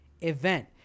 event